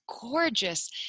gorgeous